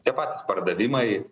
tie patys pardavimai